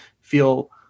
feel